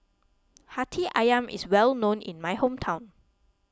Hati Ayam is well known in my hometown